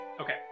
Okay